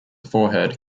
forehead